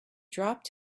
dropped